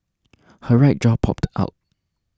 her right jaw popped out